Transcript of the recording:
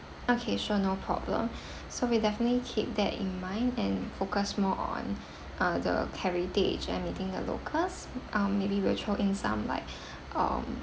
okay sure no problem so we definitely keep that in mind and focus more on uh heritage and meeting the locals um maybe we'll throw in some like um